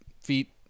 feet –